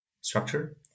structure